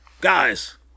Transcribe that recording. guys